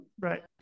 Right